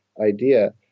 idea